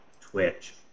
Twitch